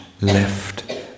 left